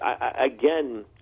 again